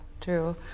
true